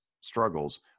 struggles